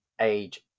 age